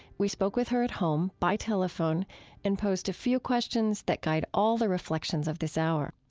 we spoke with her at home by telephone and posed a few questions that guide all the reflections of this hour.